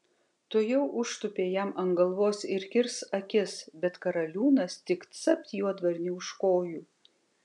tuojau užtūpė jam ant galvos ir kirs akis bet karaliūnas tik capt juodvarnį už kojų